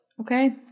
Okay